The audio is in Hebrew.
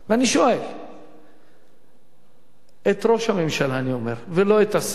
אני שואל את ראש הממשלה, ולא את השר